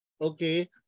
okay